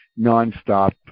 nonstop